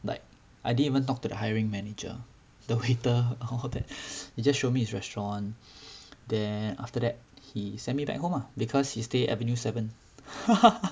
like I didn't even talk to the hiring manager the waiter all that he just show me his restaurant then after that he sent me back home lah because he stay avenue seven